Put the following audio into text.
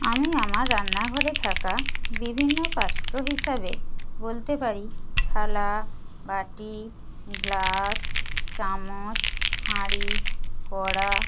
আমি আমার রান্নাঘরে থাকা বিভিন্ন পাত্র হিসাবে বলতে পারি থালা বাটি গ্লাস চামচ হাঁড়ি কড়া